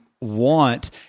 want